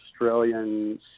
Australian